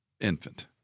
infant